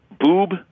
Boob